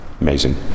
amazing